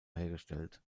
hergestellt